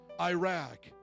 Iraq